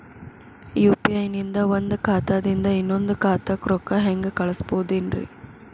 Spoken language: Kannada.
ಯು.ಪಿ.ಐ ನಿಂದ ಒಂದ್ ಖಾತಾದಿಂದ ಇನ್ನೊಂದು ಖಾತಾಕ್ಕ ರೊಕ್ಕ ಹೆಂಗ್ ಕಳಸ್ಬೋದೇನ್ರಿ?